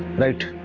right.